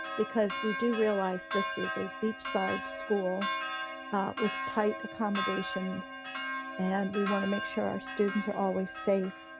because we do realize this is a beach side school with tight accommodations and we wanna make sure our students are always safe,